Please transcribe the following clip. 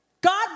God